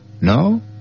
No